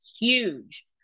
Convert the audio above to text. huge